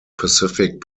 pacific